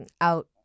out